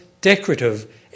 decorative